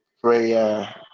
Prayer